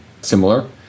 similar